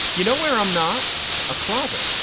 you know where i'm not a closet.